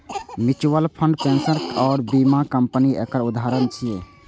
mutual fund, pension आ बीमा company एकर उदाहरण छियै